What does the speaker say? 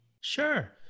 Sure